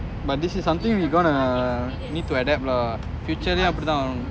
but this is something we gonna need to adapt lah future லயும் அப்டிதான் ஆகணும்:layum apdithaan aganum